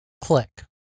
Click